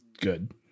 good